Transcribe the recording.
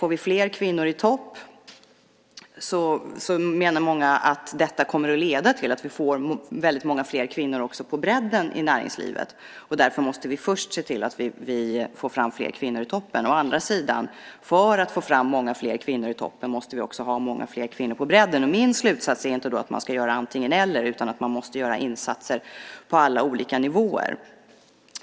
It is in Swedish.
Många menar att om vi får fler kvinnor i toppen kommer det att leda till att vi också får väldigt många fler kvinnor på bredden i näringslivet, och därför måste vi först se till att vi får fram fler kvinnor i toppen. Å andra sidan: För att få fram många fler kvinnor i toppen måste vi också ha många fler kvinnor på bredden. Min slutsats är då inte att man ska göra antingen eller utan att man måste göra insatser på alla olika nivåer.